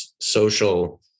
social